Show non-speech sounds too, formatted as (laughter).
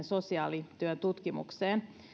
(unintelligible) sosiaalityön tutkimukseen